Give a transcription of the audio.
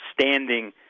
standing